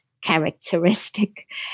characteristic